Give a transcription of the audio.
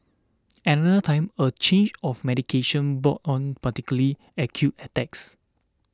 another time a change of medication brought on particularly acute attacks